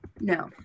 no